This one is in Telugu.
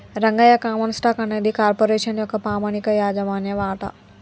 రంగయ్య కామన్ స్టాక్ అనేది కార్పొరేషన్ యొక్క పామనిక యాజమాన్య వాట